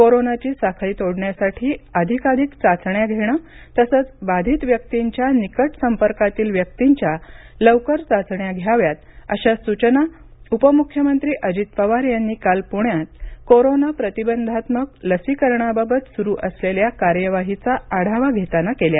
कोरोनाची साखळी तोडण्यासाठी अधिकाधिक चाचण्या घेणं तसच बाधित व्यक्तींच्या निकट संपर्कातील व्यक्तींच्या लवकर चाचण्या घेणे अशा सूचना उपमुख्यमंत्री अजित पवार यांनी काल पुण्यात कोरोना प्रतिबंधात्मक लसीकरणाबाबत सुरू असलेल्या कार्यवाहीबाबतही आढावा घेताना केल्या